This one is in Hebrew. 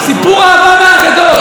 סיפור אהבה מהאגדות,